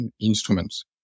instruments